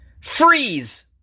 Freeze